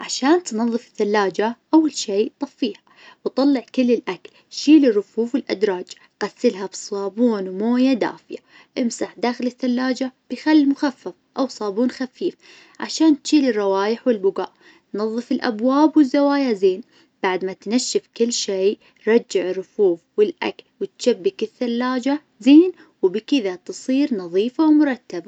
عشان تنظف الثلاجة أول شي طفيها، وطلع كل الأكل، شيل الرفوف والأدراج، غسلها بالصابون ومويه دافية، امسح داخل الثلاجة بخل مخفف أو صابون خفيف عشان تشيل الروايح والبقع. نظف الأبواب والزوايا زين. بعد ما تنشف كل شي رجع الرفوف والأكل وتشبك الثلاجة زين، وبكذا تصير نظيفة ومرتبة.